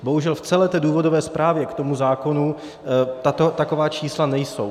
Bohužel v celé té důvodové zprávě k tomu zákonu taková čísla nejsou.